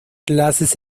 clases